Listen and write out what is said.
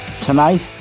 tonight